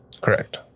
Correct